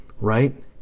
right